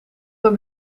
hem